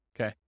Okay